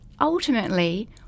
ultimately